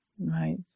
Right